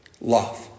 Love